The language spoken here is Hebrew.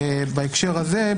בהקשר הזה,